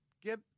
get